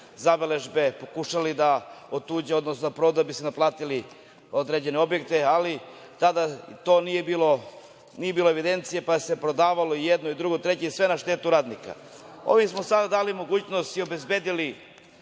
zabeležbe pokušali da otuđe, odnosno da prodaju da bi se naplatili, određene objekte. Ali, tada nije bilo evidencije, pa se prodavalo, jedno, drugo treće, sve na štetu radnika. Ovim smo sada dali mogućnost i obezbedili